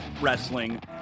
wrestling